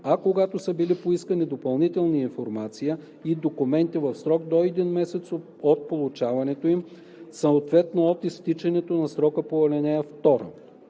а когато са били поискани допълнителни информация и документи – в срок до един месец от получаването им, съответно от изтичането на срока по ал. 2.“